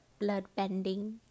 bloodbending